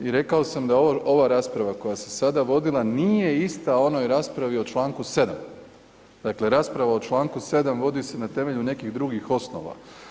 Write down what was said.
I rekao sam da ova rasprava koja se sada vodila nije ista onoj raspravi o čl. 7., dakle rasprava o čl. 7. vodi se na temelju nekih drugih osnova.